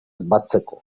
batzeko